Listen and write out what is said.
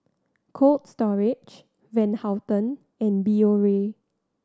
Cold Storage Van Houten and Biore